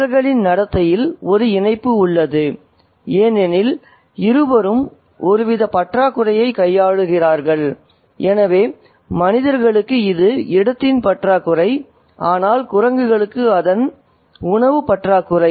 அவர்களின் நடத்தையில் ஒரு இணைப்பு உள்ளது ஏனெனில் இருவரும் ஒருவித பற்றாக்குறையை கையாளுகிறார்கள் எனவே மனிதர்களுக்கு இது இடத்தின் பற்றாக்குறை ஆனால் குரங்குகளுக்கு அதன் உணவு பற்றாக்குறை